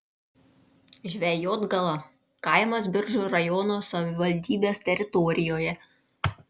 žvejotgala kaimas biržų rajono savivaldybės teritorijoje